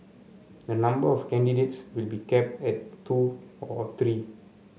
the number of candidates will be capped at two or three